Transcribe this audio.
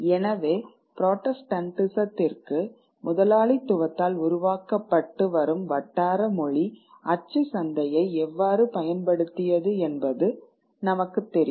எனவே புராட்டஸ்டன்டிசத்திற்கு முதலாளித்துவத்தால் உருவாக்கப்பட்டு வரும் வட்டார மொழி அச்சு சந்தையை எவ்வாறு பயன்படுத்தியது என்பது நமக்கு தெரியும்